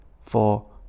four